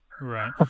Right